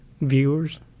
viewers